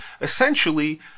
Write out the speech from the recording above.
Essentially